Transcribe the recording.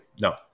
No